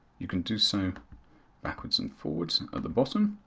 you can do so backwards and forwards at the bottom.